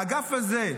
האגף הזה,